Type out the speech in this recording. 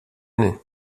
année